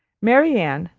marianne,